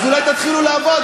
אז אולי תתחילו לעבוד,